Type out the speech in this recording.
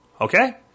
okay